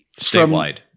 Statewide